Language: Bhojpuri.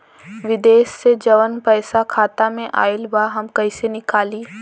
विदेश से जवन पैसा खाता में आईल बा हम कईसे निकाली?